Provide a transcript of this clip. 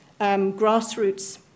grassroots